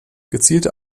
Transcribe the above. gezielte